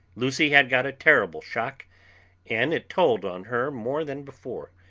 lucy had got a terrible shock and it told on her more than before,